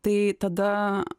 tai tada